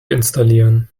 installieren